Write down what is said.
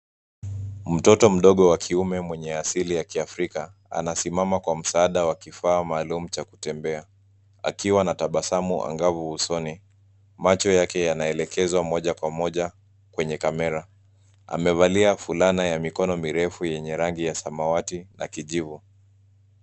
Mtoto mdogo wa kiume mwenye asili ya Kiafrika anasimama kwa msaada wa kifaa maalum cha kutembea akiwa na tabasamu angavu usoni. Macho yake yanaelekezwa moja kwa moja kwenye kamera. Amevalia fulana ya mikono mirefu yenye rangi ya samawati na kijivu.